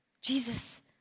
Jesus